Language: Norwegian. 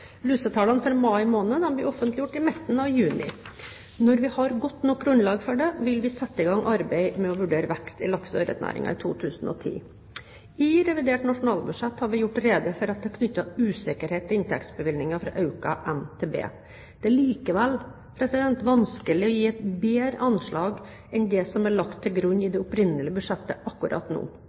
for mai måned. Lusetallene for mai måned blir offentliggjort i midten av juni. Når vi har godt nok grunnlag for det, vil vi sette i gang arbeidet med å vurdere vekst i lakse- og ørretnæringen i 2010. I revidert nasjonalbudsjett har vi gjort rede for at det er knyttet usikkerhet til inntektsbevilgningen fra økt MTB. Det er likevel vanskelig å gi et bedre anslag akkurat nå enn det som er lagt til grunn i det opprinnelige budsjettet.